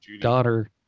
daughter